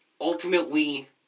ultimately